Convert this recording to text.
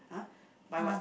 !huh! buy what